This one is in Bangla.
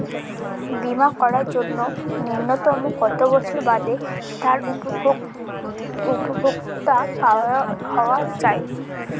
বীমা করার জন্য ন্যুনতম কত বছর বাদে তার উপভোক্তা হওয়া য়ায়?